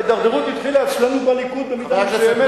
ההידרדרות התחילה אצלנו בליכוד במידה מסוימת,